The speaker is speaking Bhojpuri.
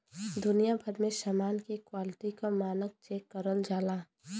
दुनिया भर में समान के क्वालिटी क मानक चेक करल जाला